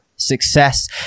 Success